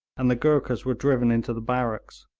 and the goorkhas were driven into the barracks.